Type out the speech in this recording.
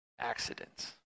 accidents